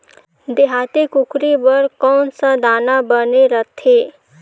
देहाती कुकरी बर कौन सा दाना बने रथे?